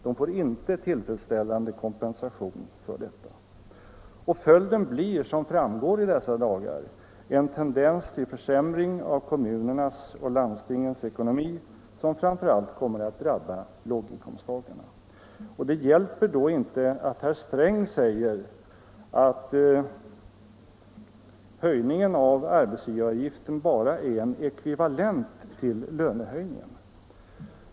De får inte tillfredsställande kompensation för detta. Följden blir, som framgår i dessa dagar, en tendens till försämring av kommunernas och landstingens ekonomi, som framför allt kommer att drabba låginkomsttagarna. Det hjälper då inte att herr Sträng säger att höjningen av arbetsgivaravgiften bara är ekvivalent med en lönehöjning.